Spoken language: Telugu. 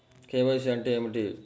కే.వై.సి అంటే ఏమిటి?